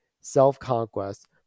self-conquest